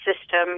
system